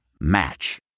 Match